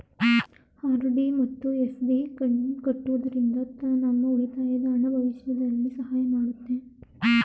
RD ಮತ್ತು FD ಕಟ್ಟುವುದರಿಂದ ನಮ್ಮ ಉಳಿತಾಯದ ಹಣ ಭವಿಷ್ಯದಲ್ಲಿ ಸಹಾಯ ಮಾಡುತ್ತೆ